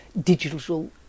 digital